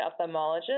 ophthalmologist